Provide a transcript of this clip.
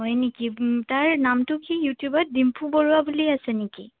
হয় নেকি তাৰ নামটো কি ইউটিউবত ডিম্পু বৰুৱা বুলি আছে নেকি